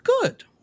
good